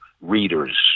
readers